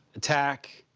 attack,